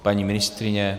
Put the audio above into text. Paní ministryně?